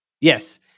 Yes